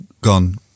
gone